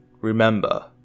remember